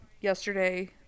yesterday